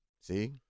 see